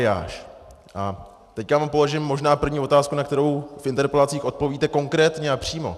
A teď vám položím možná první otázku, na kterou v interpelacích odpovíte konkrétně a přímo.